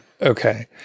Okay